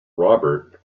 robert